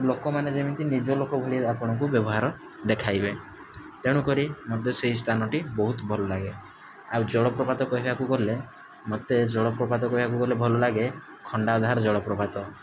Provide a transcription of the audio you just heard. ଲୋକମାନେ ଯେମିତି ନିଜ ଲୋକ ଭଳି ଆପଣଙ୍କୁ ବ୍ୟବହାର ଦେଖାଇବେ ତେଣୁ କରି ମୋତେ ସେଇ ସ୍ଥାନଟି ବହୁତ ଭଲ ଲାଗେ ଆଉ ଜଳ ପ୍ରପାତ କହିବାକୁ ଗଲେ ମୋତେ ଜଳ ପ୍ରପାତ କହିବାକୁ ଗଲେ ଭଲ ଲାଗେ ଖଣ୍ଡାଧାର ଜଳ ପ୍ରପାତ